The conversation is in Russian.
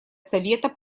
совета